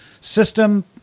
system